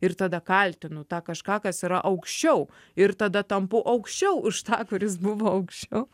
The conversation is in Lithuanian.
ir tada kaltinu tą kažką kas yra aukščiau ir tada tampu aukščiau už tą kuris buvo aukščiau